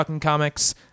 Comics